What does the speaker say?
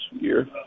year